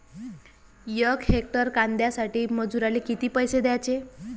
यक हेक्टर कांद्यासाठी मजूराले किती पैसे द्याचे?